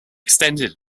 extended